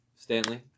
Stanley